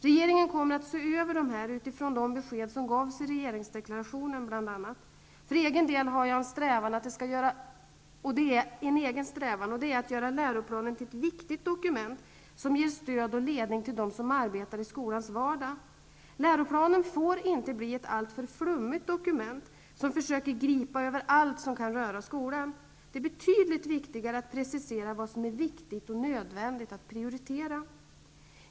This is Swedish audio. Regeringen kommer att se över dessa utifrån de besked som bl.a. gavs i regeringsdeklarationen. För egen del har jag en strävan att göra läroplanen till ett viktigt dokument, som ger stöd och ledning till dem som arbetar i skolans vardag. Läroplanen får inte bli ett alltför flummigt dokument, som försöker gripa över allt som kan röra skolan. Det är betydligt viktigare att precisera vad som är viktigt och nödvändigt att prioritera.